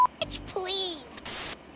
Please